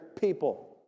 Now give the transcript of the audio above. people